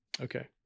Okay